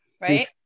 right